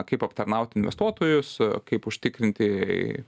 kaip aptarnaut investuotojus kaip užtikrinti